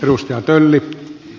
arvoisa puhemies